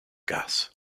gas